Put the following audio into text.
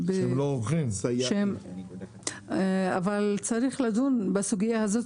צריך לדון בסוגיה הזאת,